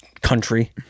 country